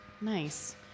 Nice